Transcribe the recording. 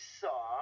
saw